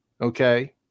Okay